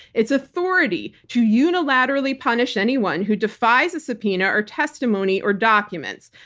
its authority to unilaterally punish anyone who defies a subpoena or testimony or documents.